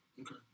Okay